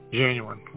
genuine